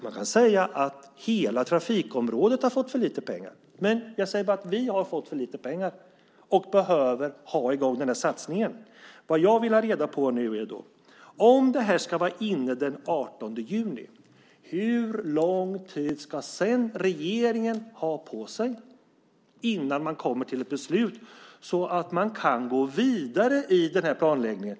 Man kan säga att hela trafikområdet har fått för lite pengar. Vi har fått för lite pengar och behöver ha i gång satsningen. Vad jag vill ha reda på är: Om förslagen ska vara inne den 18 juni, hur lång tid ska sedan regeringen ha på sig innan den kommer till ett beslut så att man kan gå vidare i planläggningen?